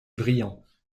brillants